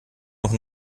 noch